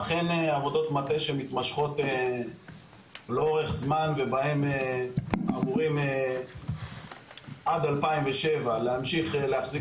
אכן עבודות מטה שמתמשכות לאורך זמן ובהן אמורים עד 2007 להמשיך להחזיק